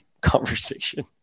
conversation